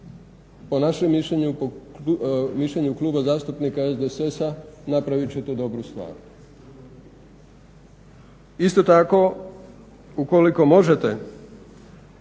mišljenju Kluba zastupnika SDSS-a napravit ćete dobru stvar. Isto tako ukoliko možete